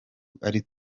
bari